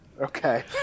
Okay